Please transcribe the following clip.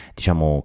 diciamo